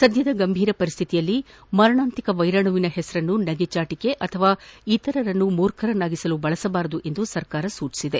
ಸದ್ಯದ ಗಂಭೀರ ಪರಿಸ್ಥಿತಿಯಲ್ಲಿ ಮಾರಣಾಂತಿಕ ವೈರಾಣುವಿನ ಹೆಸರನ್ನು ನಗೆಚಾಟಿಕೆ ಅಥವಾ ಇತರರನ್ನು ಮೂರ್ಖರನ್ನಾಗಿಸಲು ಬಳಸಬಾರದು ಎಂದು ಸರ್ಕಾರ ಸೂಚಿಸಿದೆ